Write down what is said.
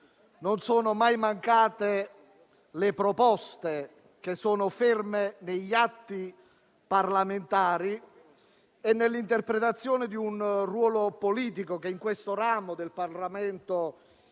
non sono mai mancate le proposte, che sono ferme negli atti parlamentari e nell'interpretazione di un ruolo politico che in questo ramo del Parlamento il